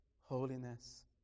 holiness